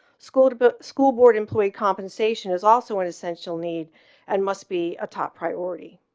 school to but school board employee compensation is also an essential need and must be a top priority,